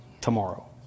tomorrow